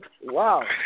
Wow